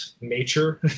nature